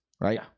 right